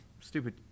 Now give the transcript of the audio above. stupid